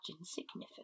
insignificant